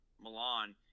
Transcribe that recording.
Milan